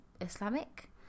Islamic